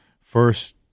first